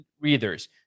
readers